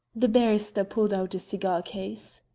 the barrister pulled out a cigar-case.